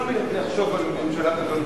לא נחשוב על ממשלה כזאת,